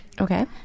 okay